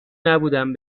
نبودم